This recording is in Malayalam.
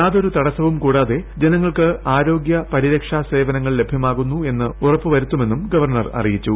യാതൊരു തടസ്സവും കൂടാതെ ജനങ്ങൾക്ക് ആരോഗ്യ പരിരക്ഷാ സേവനങ്ങൾ ലഭ്യമാകുന്നു എന്ന് ഉറപ്പു വരുത്തുമെന്നും ഗവർണ്ണർ അറിയിച്ചു